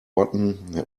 button